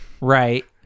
Right